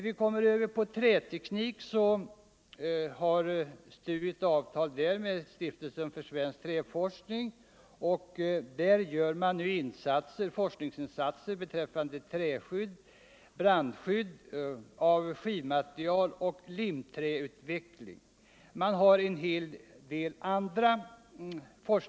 I fråga om träteknik har STU ett avtal med Stiftelsen svensk träforskning. Insatser görs beträffande bl.a. träskydd, brandskydd av skivmaterial och limträutveckling.